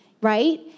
right